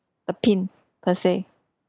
the pin per se